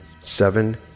seven